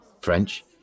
French